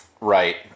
Right